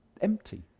empty